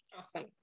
Awesome